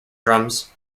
drums